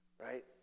right